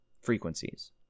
frequencies